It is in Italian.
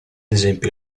esempio